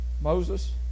Moses